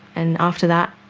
and after that